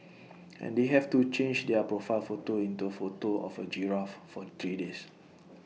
and they have to change their profile photo into A photo of A giraffe for three days